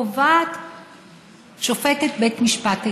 קובעת שופטת בית משפט עליון,